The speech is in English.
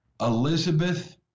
Elizabeth